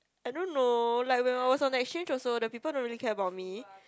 I don't know like when I was on exchange also the people don't really care about me